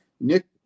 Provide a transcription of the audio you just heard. Nick